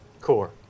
Core